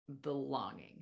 belonging